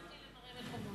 תפנה אותי למראי מקומות.